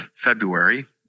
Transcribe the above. February